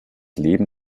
leben